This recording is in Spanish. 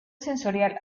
sensorial